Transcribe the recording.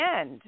end